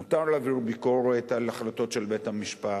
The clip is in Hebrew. מותר להעביר ביקורת על החלטות של בית-המשפט,